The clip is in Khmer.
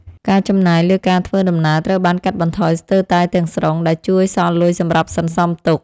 ការចំណាយលើការធ្វើដំណើរត្រូវបានកាត់បន្ថយស្ទើរតែទាំងស្រុងដែលជួយសល់លុយសម្រាប់សន្សំទុក។